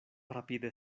rapide